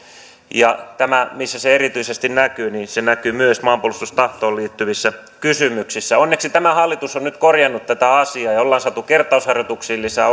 missä se erityisesti näkyy niin se näkyy myös maanpuolustustahtoon liittyvissä kysymyksissä onneksi tämä hallitus on nyt korjannut tätä asiaa ja on saatu kertausharjoituksiin lisää